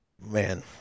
Man